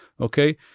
okay